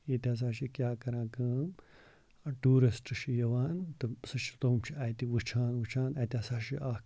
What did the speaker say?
ییٚتہِ ہسا چھِ کیاہ کران کٲم ٹوٗرِسٹ چھِ یِوان تِم سُہ چھُ تِم چھِ اَتہِ وٕچھان اَتہِ ہسا چھُ اکھ